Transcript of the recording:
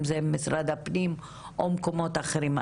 אם זה משרד הפנים או מקומות אחרים.